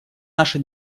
наша